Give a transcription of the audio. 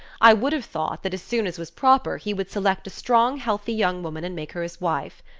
i would have thought that as soon as was proper, he would select a strong, healthy young woman, and make her his wife.